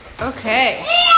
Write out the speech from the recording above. Okay